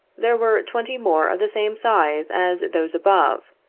there were twenty more of the same size as those above,